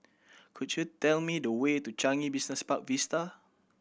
could you tell me the way to Changi Business Park Vista